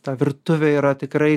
ta virtuvė yra tikrai